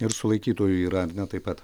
ir sulaikytųjų yra ar ne taip pat